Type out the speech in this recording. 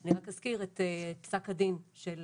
אני רק אזכיר את פסק הדין של